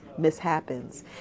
mishappens